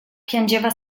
piangeva